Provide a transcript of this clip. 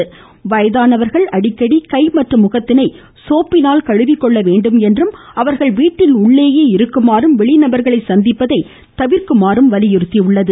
மேலும் வயதானவர்கள் அடிக்கடி கை மற்றும் முகத்தினை சோப்பினால் கழுவிக்கொள்ள வேண்டும் என்றும் அவர்கள் வீட்டின் உள்ளேயே இருக்குமாறும் வெளி நபர்களை சந்திப்பதை தவிர்க்குமாறும் வலியுறுத்தியுள்ளது